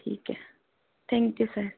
ठीक है thank you sir